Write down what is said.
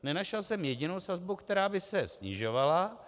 Nenašel jsem jedinou sazbu, která by se snižovala.